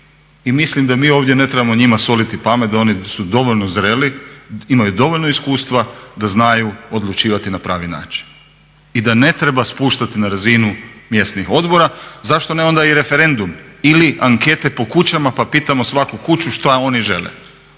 i mislim da mi ovdje ne trebamo ovdje njima soliti pamet da oni su dovoljno zreli, imaju dovoljno iskustva da znaju odlučivati na pravi način i da ne treba spuštati na razinu mjesnih odbora. Zašto ne onda i referendum ili ankete po kućama pa pitamo svaku kuću šta oni žele?